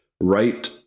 right